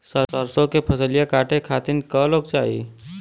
सरसो के फसलिया कांटे खातिन क लोग चाहिए?